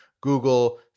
Google